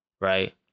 right